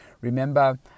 Remember